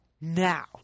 Now